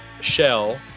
shell